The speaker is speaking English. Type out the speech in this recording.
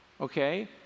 Okay